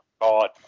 God